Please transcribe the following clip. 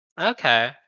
Okay